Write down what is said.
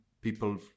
people